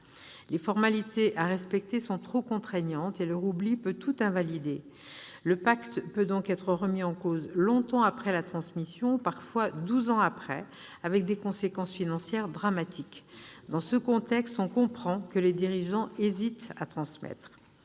Les formalités à respecter sont trop contraignantes, et leur oubli peut tout invalider. Le pacte peut donc être remis en cause longtemps après la transmission, parfois douze ans après, ce qui peut avoir des conséquences financières dramatiques. Dans ce contexte, on comprend que les dirigeants hésitent à transmettre.